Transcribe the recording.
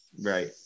Right